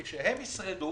כדי שהם ישרדו,